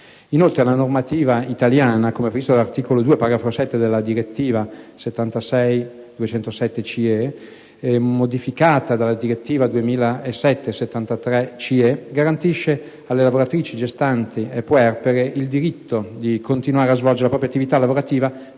Inoltre la normativa italiana, come previsto dall'articolo 2, paragrafo 7, della direttiva 76/207/CE, modificata dalla direttiva 2007/73/CE, garantisce alle lavoratrici gestanti e puerpere il diritto di continuare a svolgere la propria attività lavorativa